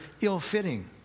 ill-fitting